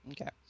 okay